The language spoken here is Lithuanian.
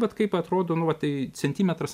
bet kaip atrodo nu va tai centimetras